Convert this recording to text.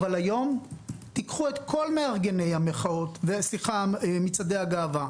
אבל היום תיקחו את כל מארגני מצעדי הגאווה,